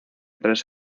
tres